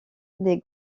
des